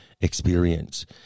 experience